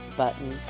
button